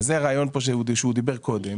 וזה הרעיון שהוא דיבר קודם,